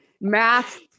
math